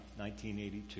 1982